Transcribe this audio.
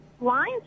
lines